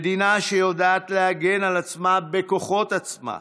מדינה שיודעת להגן על עצמה בכוחות עצמה,